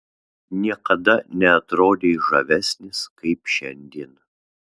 niekada neatrodei žavesnis kaip šiandien